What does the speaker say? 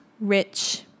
rich